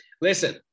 Listen